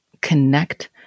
connect